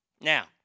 Now